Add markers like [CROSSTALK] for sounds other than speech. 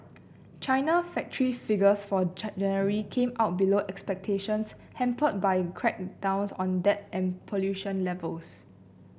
China factory figures for [UNINTELLIGIBLE] January came out below expectations hampered by crackdowns on debt and pollution levels